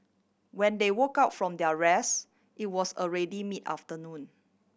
when they woke up from their rest it was already mid afternoon